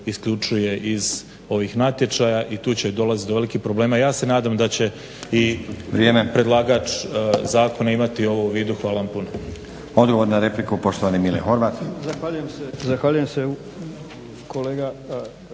isključuje iz ovih natječaja. I tu će dolazit do velikih problema. Ja se nadam da će i predlagač zakona imati ovo u vidu. Hvala vam puno.